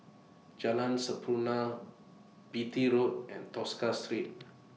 Jalan Sampurna Beatty Road and Tosca Street